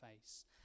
face